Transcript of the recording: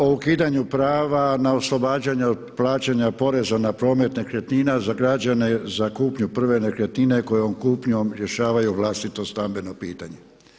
o ukidanju prava na oslobađanje od plaćanja poreza na promet nekretnina za građane za kupnju prve nekretnine kojom kupnjom rješavaju vlastito stambeno pitanje.